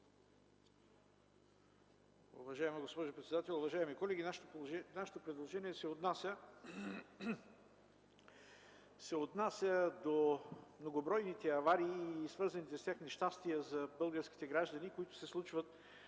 Уважаема госпожо председател, уважаеми колеги! Нашето предложение се отнася до многобройните аварии и свързаните с тях нещастия за българските граждани, които се случват